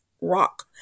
rock